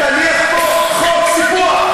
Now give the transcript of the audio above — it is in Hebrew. תניח פה חוק סיפוח.